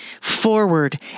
forward